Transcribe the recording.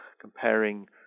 comparing